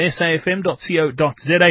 safm.co.za